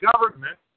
government